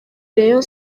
rayon